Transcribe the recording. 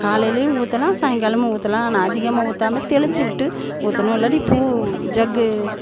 காலையிலையும் ஊற்றலாம் சாயங்காலமும் ஊற்றலாம் ஆனால் அதிகமாக ஊற்றாம தெளிச்சு விட்டு ஊற்றணும் இல்லாட்டி பூ ஜக்கு